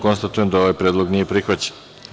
Konstatujem da ovaj predlog nije prihvaćen.